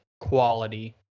quality